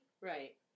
Right